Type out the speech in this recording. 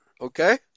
Okay